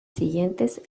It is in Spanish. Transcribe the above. siguientes